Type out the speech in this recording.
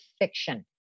fiction